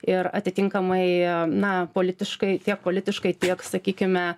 ir atitinkamai na politiškai tiek politiškai tiek sakykime